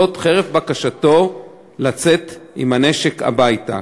חרף בקשתו לצאת עם הנשק הביתה,